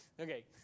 Okay